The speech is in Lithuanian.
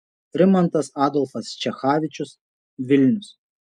rimantas adolfas čechavičius vilnius